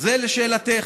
זה לשאלתך.